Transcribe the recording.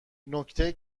نکته